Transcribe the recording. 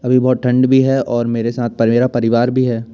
अभी बहुत ठंड भी है और मेरे साथ मेरा परिवार भी है